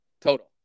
total